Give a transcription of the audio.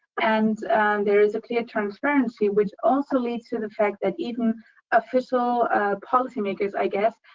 and there is a clear transparency, which also leads to the fact that even official policy makers, i guess,